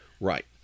right